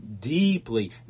deeply